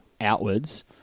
outwards